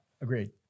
agreed